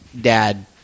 dad